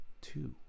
Two